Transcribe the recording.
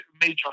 major